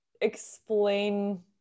explain